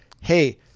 hey